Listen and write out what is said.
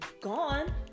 gone